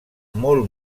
molt